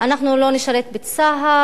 אנחנו לא נשרת בצה"ל,